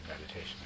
meditation